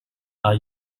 are